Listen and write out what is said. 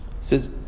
Says